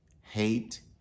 hate